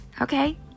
Okay